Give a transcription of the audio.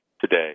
today